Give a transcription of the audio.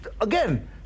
again